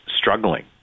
struggling